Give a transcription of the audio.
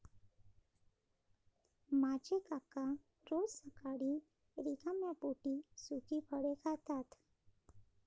माझे काका रोज सकाळी रिकाम्या पोटी सुकी फळे खातात